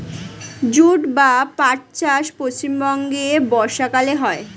jute বা পাট চাষ পশ্চিমবঙ্গে বর্ষাকালে হয়